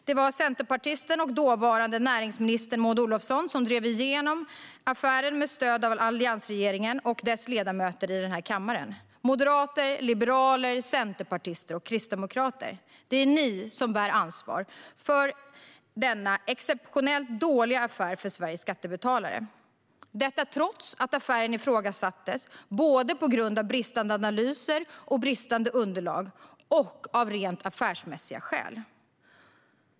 Det var centerpartisten och dåvarande näringsministern Maud Olofsson som drev igenom affären med stöd av resten av alliansregeringen och dess ledamöter i kammaren. Moderater, liberaler, centerpartister och kristdemokrater! Det är ni som bär ansvar för denna exceptionellt dåliga affär för Sveriges skattebetalare. Detta gjordes trots att affären ifrågasattes på grund av bristande analyser och bristande underlag samt av rent affärsmässiga skäl.